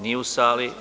Nije u sali.